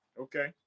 Okay